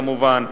כמובן,